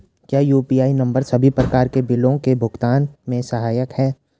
क्या UPI number सभी प्रकार के बिलों के भुगतान में सहायक हैं?